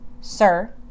Sir